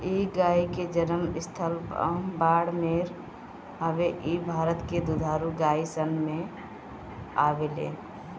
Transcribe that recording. इ गाई के जनम स्थल बाड़मेर हवे इ भारत के दुधारू गाई सन में आवेले